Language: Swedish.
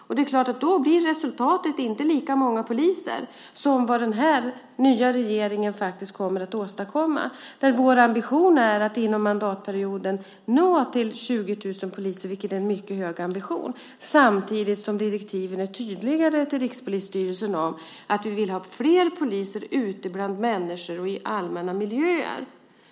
Och det är klart att då blir resultatet inte lika många poliser som vad den nya regeringen faktiskt kommer att åstadkomma. Vår ambition är att inom mandatperioden nå upp till 20 000 poliser, vilket är en mycket hög ambition. Samtidigt är direktiven tydligare till Rikspolisstyrelsen om att vi vill ha fler poliser ute bland människor och i allmänna miljöer.